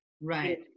Right